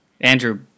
Andrew